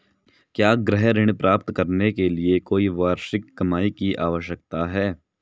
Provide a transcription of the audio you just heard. क्या गृह ऋण प्राप्त करने के लिए कोई वार्षिक कमाई की आवश्यकता है?